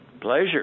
Pleasure